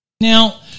Now